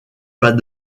pas